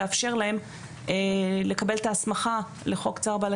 לאפשר להם לקבל את ההסמכה לחוק צער בעלי